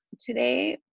Today